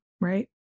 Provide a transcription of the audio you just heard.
right